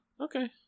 Okay